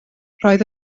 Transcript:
roedd